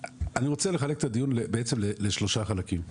אני רוצה לחלק את הדיון לשלושה חלקים.